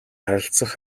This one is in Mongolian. харилцах